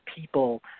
people